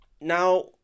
Now